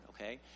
okay